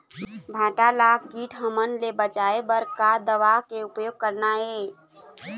भांटा ला कीट हमन ले बचाए बर का दवा के उपयोग करना ये?